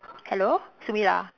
hello Sumirah